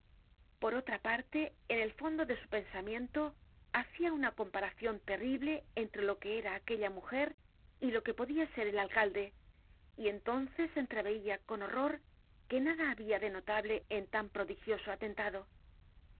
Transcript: por otra parte en el fondo de su pensamiento hacia una comparacion terrible entre lo que era aquella mujer y lo que podia ser el alcalde y entonces entreveia con horror que nada habia de notable en tan prodigioso atentado